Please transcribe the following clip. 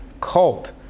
cult